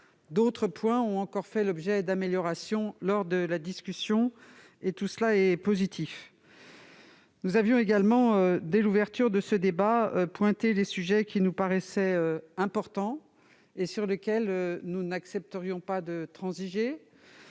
D'autres points ont encore fait l'objet d'améliorations lors de la discussion. Tout cela est positif ! Nous avions également, dès l'ouverture de ce débat, mis en avant les sujets qui nous paraissaient importants et sur lesquels nous n'accepterions pas de transiger.